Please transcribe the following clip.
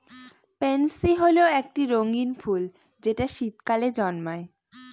pansy হল একটি রঙ্গীন ফুল যেটা শীতকালে জন্মায়